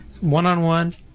One-on-one